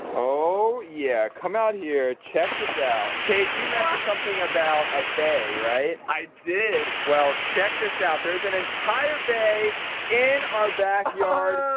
oh yeah come out here. check this out. chase, you mentioned something about a bay right? i did. well, check this out. there's an entire bay in our backyard.